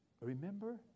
Remember